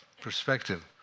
perspective